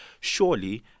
Surely